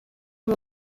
son